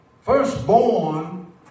Firstborn